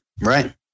right